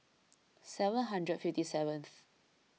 seven hundred fifty seventh